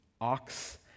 ox